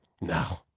No